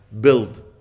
build